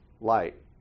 light